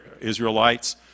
Israelites